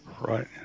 Right